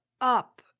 up